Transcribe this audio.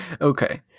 Okay